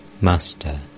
Master